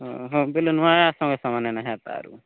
ହଁ ହଁ ବେଲେ ନୂଆ ସାଙ୍ଗେ ସମାନ ଏଇନା ହେଇତା ଆରୁ